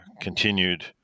continued